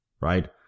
right